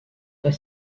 fois